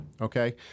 Okay